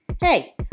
Hey